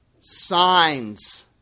signs